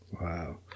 Wow